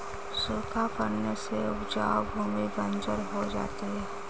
सूखा पड़ने से उपजाऊ भूमि बंजर हो जाती है